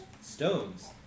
stones